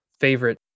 favorite